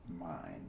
mind